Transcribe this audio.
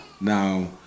Now